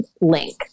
link